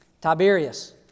Tiberius